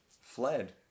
fled